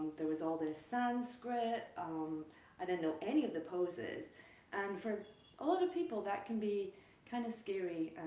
there was all this sanskrit um i didn't know any of the poses and for a lot of people that can be kind of scary.